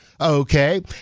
okay